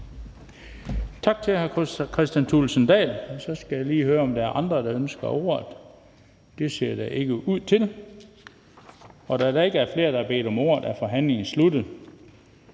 Tak til hr. Kristian Thulesen Dahl. Så skal jeg lige høre, om der er andre, der ønsker ordet. Det ser der ikke ud til at være. Da der ikke er flere, der har bedt om ordet, er forhandlingen sluttet.